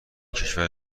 کشور